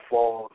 Fall